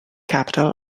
capital